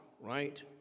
right